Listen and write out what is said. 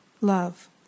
Love